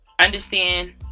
Understand